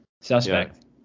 suspect